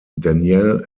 danielle